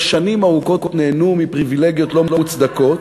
שנים ארוכות נהנו מפריבילגיות לא מוצדקות,